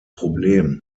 problem